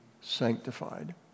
sanctified